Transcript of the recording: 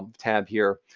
um tab here,